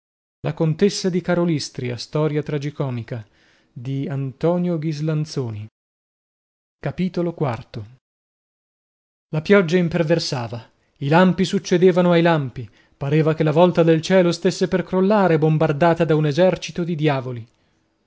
informati un enfatico propugnatore dell'emancipazione della donna capitolo v la pioggia imperversava i lampi succedevano ai lampi pareva che la vlta del cielo stesse per crollare bombardata da un esercito di diavoli